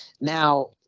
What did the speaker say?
now